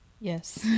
Yes